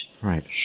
Right